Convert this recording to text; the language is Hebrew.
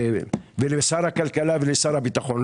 לשר הכלכלה ולשר הביטחון,